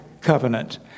covenant